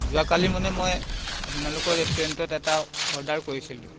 যোৱাকালি মানে মই আপোনালোকৰ ৰেষ্টুৰেন্টত এটা অৰ্ডাৰ কৰিছিলোঁ